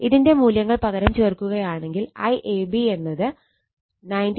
ഇതിന്റെ മൂല്യങ്ങൾ പകരം ചേർക്കുകയാണെങ്കിൽ IAB എന്നത് 19